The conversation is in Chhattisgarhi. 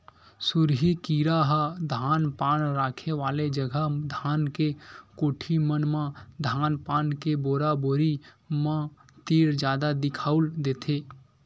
सुरही कीरा ह धान पान रखे वाले जगा धान के कोठी मन म धान पान के बोरा बोरी मन तीर जादा दिखउल देथे